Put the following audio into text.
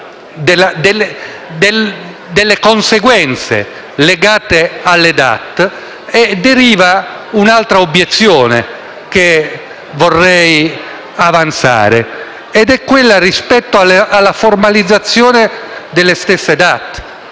delle conseguenze legate alle DAT, deriva un'altra obiezione che vorrei avanzare, relativa alla formalizzazione delle stesse DAT.